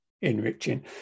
enriching